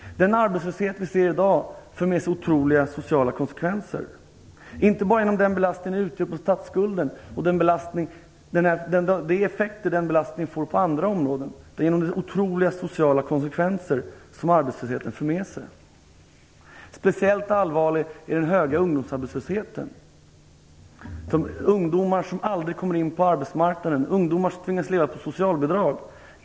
Den arbetslöshet som vi ser i dag för med sig otroliga sociala konsekvenser, inte bara genom belastningen på statsskulden och de effekter den belastningen får på andra område. Speciellt allvarlig är den höga ungdomsarbetslösheten, ungdomar som aldrig kommer in på arbetsmarknaden utan tvingas leva på socialbidrag.